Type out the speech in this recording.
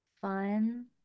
fun